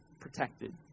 protected